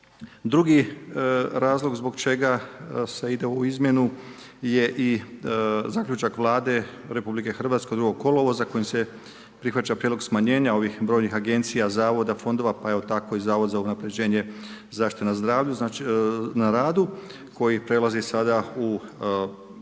Drugi razlog zbog čega se ide u ovu izmjenu je i zaključak Vlade Republike Hrvatske od 2. kolovoza kojim se prihvaća prijedlog smanjenja ovih brojnih agencija, zavoda, fondova, pa evo tako i Zavod za unapređenje zaštite na radu koji prelazi sada u sustav